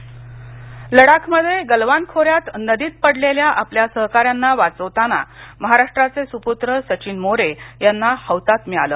जवान हतात्मा लडाखमध्ये गल्वान खोऱ्यात नदीत पडलेल्या आपल्या सहकाऱ्यांना वाचवताना महाराष्ट्राचे सुप्त्र सचिन मोरे यांना हौतात्म्य आलं